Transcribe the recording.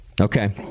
okay